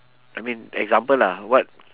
I mean example lah what